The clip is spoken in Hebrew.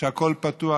שהכול פתוח,